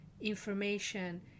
information